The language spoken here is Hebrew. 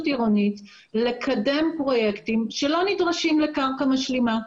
עירונית לקדם פרויקטים שלא נדרשים לקרקע משלימה.